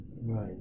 Right